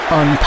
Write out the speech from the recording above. on